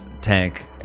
tank